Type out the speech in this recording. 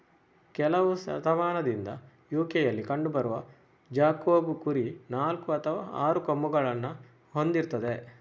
ಕೆಲವು ಶತಮಾನದಿಂದ ಯು.ಕೆಯಲ್ಲಿ ಕಂಡು ಬರುವ ಜಾಕೋಬ್ ಕುರಿ ನಾಲ್ಕು ಅಥವಾ ಆರು ಕೊಂಬುಗಳನ್ನ ಹೊಂದಿರ್ತದೆ